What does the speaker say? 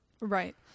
Right